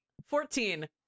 Fourteen